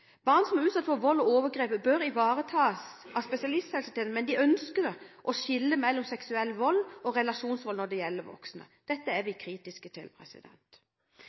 men de ønsker å skille mellom seksuell vold og relasjonsvold når det gjelder voksne. Dette er vi kritiske til.